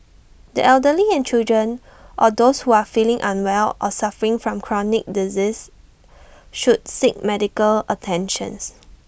the elderly and children or those who are feeling unwell or suffering from chronic disease should seek medical attentions